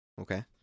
Okay